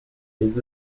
his